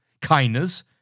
kindness